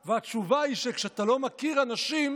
והתשובה היא שכשאתה לא מכיר אנשים,